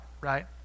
right